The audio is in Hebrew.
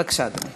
בבקשה, אדוני.